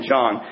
John